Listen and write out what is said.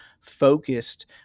focused